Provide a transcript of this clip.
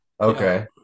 Okay